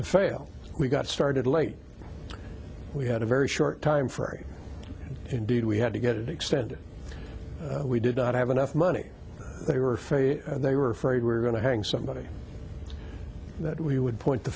to fail we got started late we had a very short timeframe indeed we had to get it extended we did not have enough money they were afraid they were afraid we're going to hang somebody that we would point the